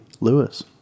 Lewis